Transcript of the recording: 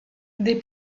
des